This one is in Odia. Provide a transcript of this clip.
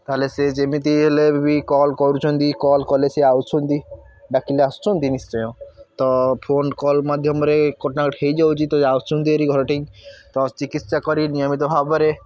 ତାହେଲେ ସିଏ ଯେମିତି ହେଲେ ବି କଲ୍ କରୁଛନ୍ତି କଲ୍ କଲେ ସିଏ ଆସୁଛନ୍ତି ଡ଼ାକିଲେ ଆସୁଛନ୍ତି ନିଶ୍ଚୟ ତ ଫୋନ୍ କଲ୍ ମାଧ୍ୟମରେ କଣ୍ଟାକ୍ଟ ହୋଇଯାଉଛି ତ ଆସୁଛନ୍ତି ହେରି ଘର ଠେଇଁ ତ ଚିକିତ୍ସା କରି ନିୟମିତ ଭାବରେ